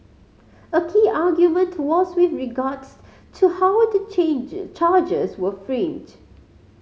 a key argument was with regards to how the changes charges were framed